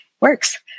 works